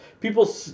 people